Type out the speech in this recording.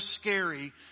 scary